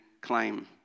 claim